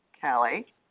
Kelly